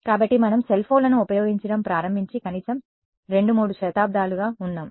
కాబట్టి మనం సెల్ఫోన్లను ఉపయోగించడం ప్రారంభించి కనీసం 2 3 దశాబ్దాలుగా ఉన్నాం